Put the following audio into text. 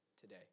today